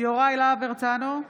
יוראי להב הרצנו,